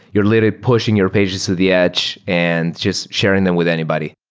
you're literally pushing your pages to the edge and just sharing them with anybody.